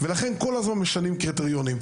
לכן כל הזמן משנים קריטריונים.